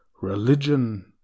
religion